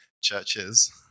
churches